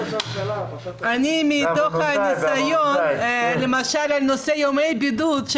למשל בדיונים שערכנו בנושא ימי בידוד,